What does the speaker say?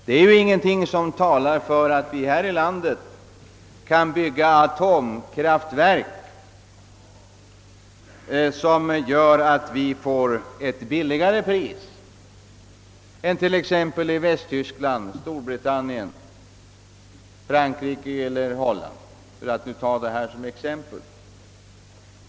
Det är ju ingenting som talar för att vi här i landet kan bygga atomkraftverk som ger oss energien till ett lägre pris än man kan uppnå t.ex. i Västtyskland, Storbritannien, Frankrike eller Holland, för att nu ta några exempel.